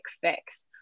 fix